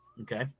Okay